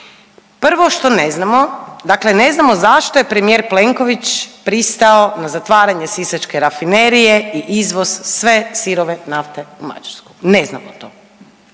Prvo što ne znamo, dakle ne znamo zašto je premijer Plenković pristao na zatvaranje sisačke rafinerije i izvoz sve sirove nafte u Mađarsku. Ne znamo to.